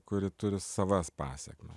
kuri turi savas pasekmes